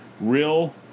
real